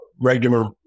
regular